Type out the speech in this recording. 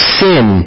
sin